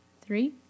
Three